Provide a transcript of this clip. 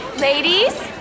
Ladies